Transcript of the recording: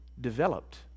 developed